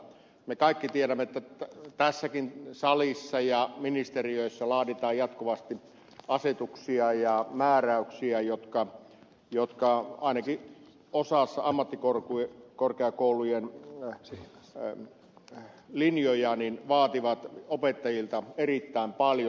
me kaikki tiedämme että tässäkin salissa ja ministeriöissä laaditaan jatkuvasti asetuksia ja määräyksiä jotka ainakin osa saama korko ja korkeakoulujen osassa ammattikorkeakoulujen linjoja vaativat opettajilta erittäin paljon